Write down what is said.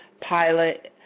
Pilot